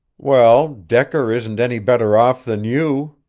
well, decker isn't any better off than you,